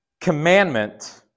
commandment